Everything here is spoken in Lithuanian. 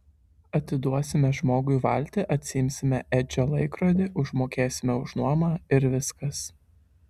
atiduosime žmogui valtį atsiimsime edžio laikrodį užmokėsime už nuomą ir viskas